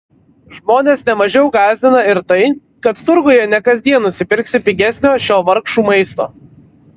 žmones ne mažiau gąsdina ir tai kad turguje ne kasdien nusipirksi pigesnio šio vargšų maisto